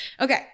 Okay